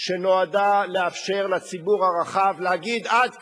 שנועדה לאפשר לציבור הרחב לומר: עד כאן,